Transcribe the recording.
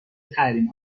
تحریم